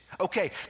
okay